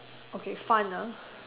okay fun ah